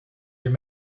your